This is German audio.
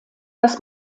das